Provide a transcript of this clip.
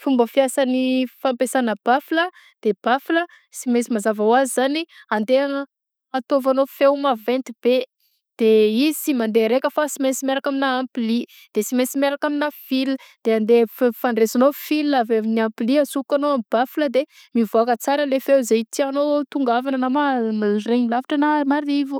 Fomba fiasan'ny fampiasana bafla de bafla sy mainsy mazava ho azy zany andehagna anataovanao feo maventy be de izy sy mandea raika fa sy mainsy miaraka aminà ampli de sy mainsy miaraka aminà fila de andeha faf- ampifandraisinao, fila avy amin'ny ampli a asofokanao amy bafla de mivaoka tsara le feo zay itianao tongavana na mal- regny lavitra gna marivo.